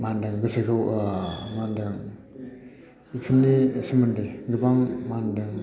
मा होनदों गोसोखौ मा होनदों बेफोरनि सोमोन्दै गोबां मा होनदों